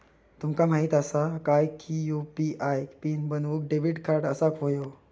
तुमका माहित असा काय की यू.पी.आय पीन बनवूक डेबिट कार्ड असाक व्हयो